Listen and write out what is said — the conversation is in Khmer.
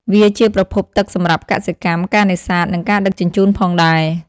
វាជាប្រភពទឹកសម្រាប់កសិកម្ម ការនេសាទ និងការដឹកជញ្ជូនផងដែរ។